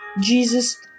Jesus